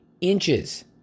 inches